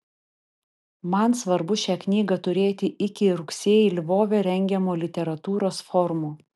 man svarbu šią knygą turėti iki rugsėjį lvove rengiamo literatūros forumo